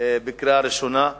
בקריאה ראשונה,